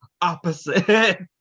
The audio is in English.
opposite